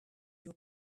your